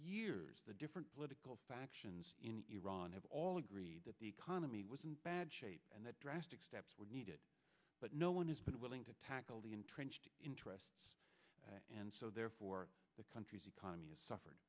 years the different political factions in iran have all agreed that the economy was in bad shape and that drastic steps were needed but no one has been willing to tackle the entrenched interests and so therefore the country's economy has suffered